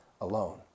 alone